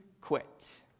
quit